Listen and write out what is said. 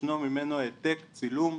ישנו ממנו העתק צילום,